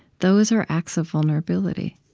those are acts of vulnerability